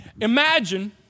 Imagine